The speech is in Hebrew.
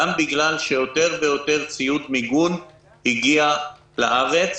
גם בגלל שיותר ויותר ציוד מיגון הגיע לארץ